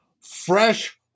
Fresh